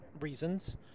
reasons